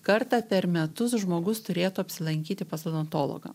kartą per metus žmogus turėtų apsilankyti pas odontologą